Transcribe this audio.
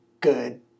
good